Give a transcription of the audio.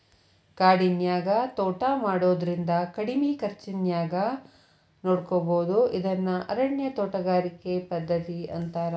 ಕಾಡಿನ್ಯಾಗ ತೋಟಾ ಮಾಡೋದ್ರಿಂದ ಕಡಿಮಿ ಖರ್ಚಾನ್ಯಾಗ ನೋಡ್ಕೋಬೋದು ಇದನ್ನ ಅರಣ್ಯ ತೋಟಗಾರಿಕೆ ಪದ್ಧತಿ ಅಂತಾರ